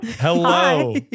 Hello